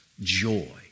joy